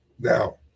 Now